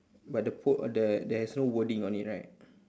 but the po~ there there's no wording on it right